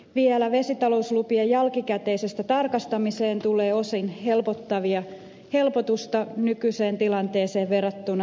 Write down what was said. vesitalouslupien jälkikäteiseen tarkastamiseen tulee osin helpotusta nykyiseen tilanteeseen verrattuna